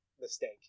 mistake